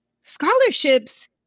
scholarships